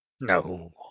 No